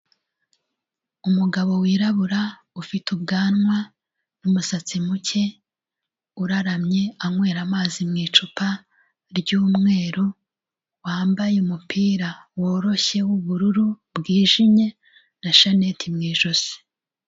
Umugabo wirabura ufite ubwanwa n'umusatsi muke, uraramye anywera amazi mu icupa ry'umweru, wambaye umupira woroshye w'ubururu bwijimye na shanete mu ijosi.